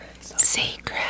Secret